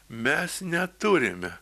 mes neturime